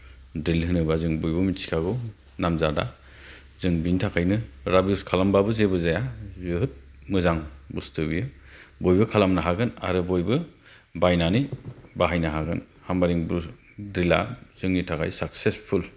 द्रिल होनोबा जों बयबो मिन्थिखागौ नामजादा जों बिनि थाखायनो राफ युज खालामबाबो जेबो जाया जोबोद मोजां बुस्तु बेयो बयबो खालामनो हागोन आरो बयबो बायनानै बाहायनो हागोन हामबादिं द्रिला जोंंनि थाखाय साक्सेसफुल